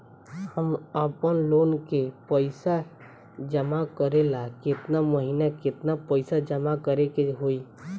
हम आपनलोन के पइसा जमा करेला केतना महीना केतना पइसा जमा करे के होई?